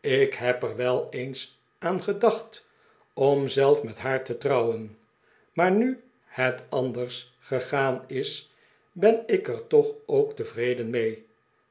ik heb er wel eens aan gedacht om zelf met haar te trouwen maar nu het anders gegaan is ben ik er toch ook tevreden mee